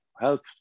help